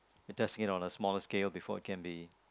testing it on the smaller scale before it can be